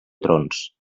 trons